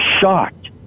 shocked